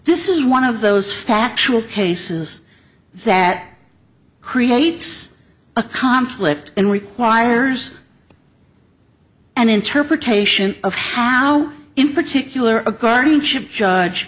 this is one of those factual cases that creates a conflict and requires an interpretation of how in particular a guardianship judge